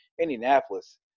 Indianapolis